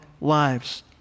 lives